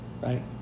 Right